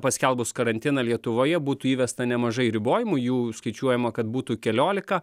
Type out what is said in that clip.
paskelbus karantiną lietuvoje būtų įvesta nemažai ribojimų jų skaičiuojama kad būtų keliolika